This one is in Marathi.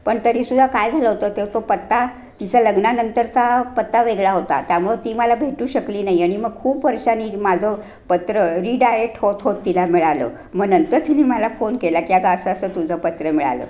पण तरी सुद्धा काय झालं होतं तो तो पत्ता तिचा लग्नानंतरचा पत्ता वेगळा होता त्यामुळे ती मला भेटू शकली नाही आणि मग खूप वर्षांनी माझं पत्र रिडायरेक्ट होत होत तिला मिळालं मग नंतर तिने मला फोन केला की अगं असं असं तुझं पत्र मिळालं